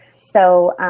so,